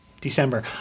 December